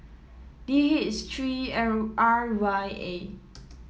D H three L R Y A